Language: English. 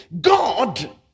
God